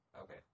Okay